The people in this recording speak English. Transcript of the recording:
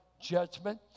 Judgment